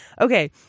Okay